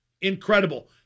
Incredible